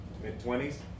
mid-twenties